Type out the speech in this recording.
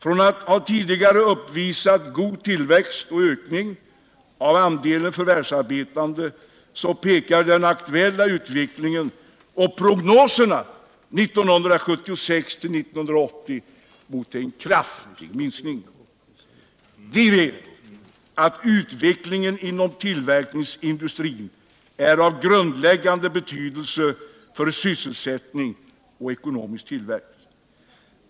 Från att tidigare ha uppvisat en god tillväxt och en ökning av andelen förvärvsarbetande pekar den aktuella utvecklingen och prognoserna 1976-1980 mot en kraftig minskning. Vi vet alt utvecklingen inom tillverkningsindustrin är av grundläggande betydelse för sysselsättning och ekonomisk tillväxt.